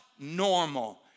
normal